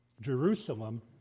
Jerusalem